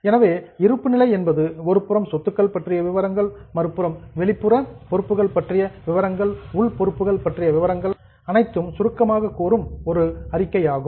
எனவே இருப்புநிலை என்பது ஒருபுறம் சொத்துக்கள் பற்றிய விவரங்கள் மறுபுறம் வெளி பொறுப்புகள் மற்றும் உள் பொறுப்புகள் பற்றிய விவரங்களை சுருக்கமாகக் கூறும் ஒரு அறிக்கையாகும்